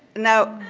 now,